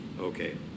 Okay